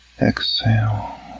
exhale